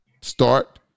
start